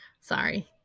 sorry